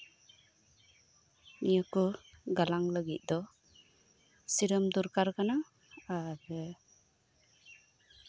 ᱱᱤᱭᱟᱹ ᱠᱚ ᱜᱟᱞᱟᱝ ᱞᱟᱹᱜᱤᱫ ᱫᱚ ᱥᱤᱨᱚᱢ ᱫᱚᱨᱠᱟᱨ ᱠᱟᱱᱟ ᱟᱨ